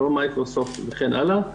מיקרוסופט וכן הלאה,